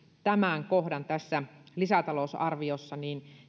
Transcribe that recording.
tämän kohdan tässä lisätalousarviossa